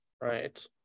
right